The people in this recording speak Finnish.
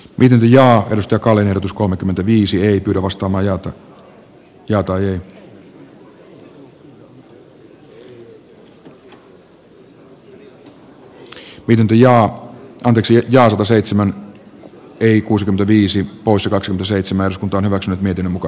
viljaa pystyy kalinatus kolmekymmentäviisi ei kovasta hallituksen rakenne ja seitsemän ei kuusi viisi poissa kaksi mm seitsemäns kuntoon ovat nyt miten muka